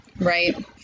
Right